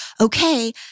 okay